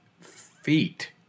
feet